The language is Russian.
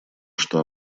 что